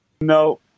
No